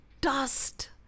dust